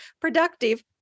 productive